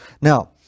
now